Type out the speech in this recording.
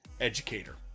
educator